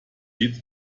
jede